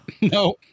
no